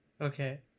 Okay